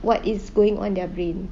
what is going on their brain